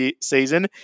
season